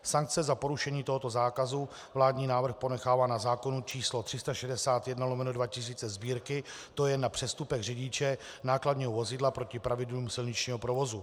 Sankce za porušení tohoto zákazu vládní návrh ponechává na zákonu č. 361/2000 Sb., tj. na přestupek řidiče nákladního vozidla proti pravidlům silničního provozu.